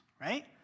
right